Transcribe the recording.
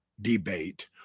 debate